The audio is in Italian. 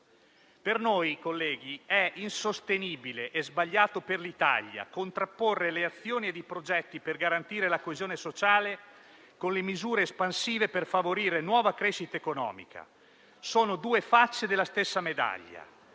Per noi, colleghi, è insostenibile e sbagliato per l'Italia contrapporre le azioni ed i progetti per garantire la coesione sociale con le misure espansive per favorire nuova crescita economica: sono due facce della stessa medaglia.